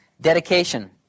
Dedication